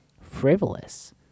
frivolous